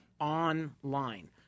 online